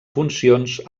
funcions